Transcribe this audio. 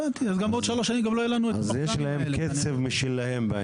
בעניין הזה יש להם קצב משלהם.